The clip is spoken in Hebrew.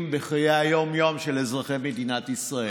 בחיי היום-יום של אזרחי מדינת ישראל.